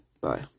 Bye